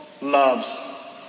loves